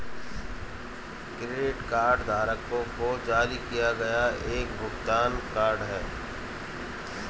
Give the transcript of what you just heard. credit card कार्डधारकों को जारी किया गया एक भुगतान कार्ड है